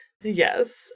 Yes